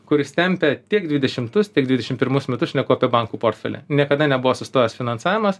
kuris tempia tiek dvidešimtus tiek dvidešimt pirmus metus šneku apie bankų portfelį niekada nebuvo sustojęs finansavimas